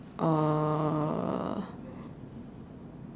uh